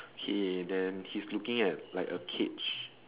okay then he's looking at like a cage